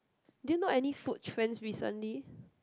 do you know any food trends recently